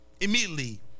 immediately